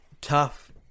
tough